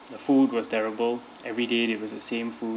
the food was terrible everyday it was the same food